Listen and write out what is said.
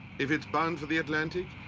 if it's bound for the atlantic,